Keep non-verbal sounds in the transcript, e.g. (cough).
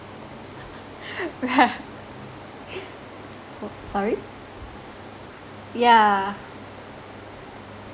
(laughs) right oh sorry yeah